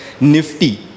Nifty